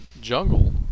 Jungle